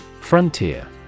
Frontier